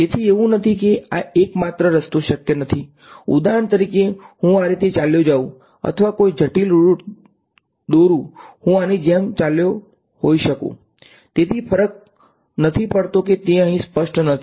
તેથી એવું નથી કે આ એકમાત્ર રસ્તો શક્ય નથી ઉદાહરણ તરીકે હું આ રીતે ચાલ્યો હોઉં અથવા કોઈપણ જટિલ રુટ દો હું આની જેમ ચાલ્યો હોઈ શકું કોઈ ફરક નથી પડતો તે અહીં સ્પષ્ટ નથી